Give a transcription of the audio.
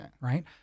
right